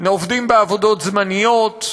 עובדים בעבודות זמניות,